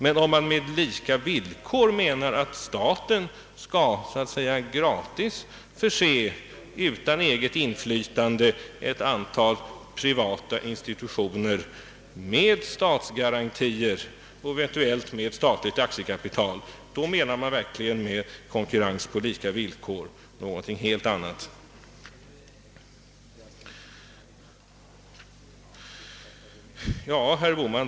Men om med »på lika villkor» menas att staten gratis skall utan eget inflytande förse ett antal privata institutioner med statsgarantier och eventuellt med statligt aktiekapital, då menar man verkligen något helt annat med »konkurrens på lika villkor».